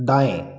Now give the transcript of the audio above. दाएँ